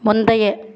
முந்தைய